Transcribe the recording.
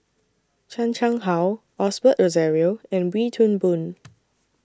Chan Chang How Osbert Rozario and Wee Toon Boon